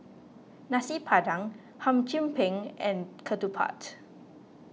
Nasi Padang Hum Chim Peng and Ketupat